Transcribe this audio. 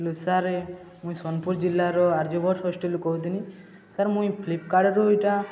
hello sir ମୁଇଁ ସୋନପୁର ଜିଲ୍ଲାର ଆର୍ଯ୍ୟଭଟ୍ଟ ହଷ୍ଟେଲରୁ କହୁଥିଲିନି ସାର୍ ମୁଇଁ ଫ୍ଲିପକାର୍ଟରୁ ଏଇଟା